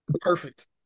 Perfect